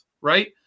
right